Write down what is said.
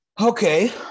Okay